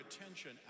attention